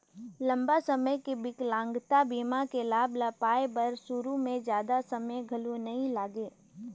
लंबा समे के बिकलांगता बीमा के लाभ ल पाए बर सुरू में जादा समें घलो नइ लागे